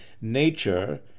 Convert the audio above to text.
Nature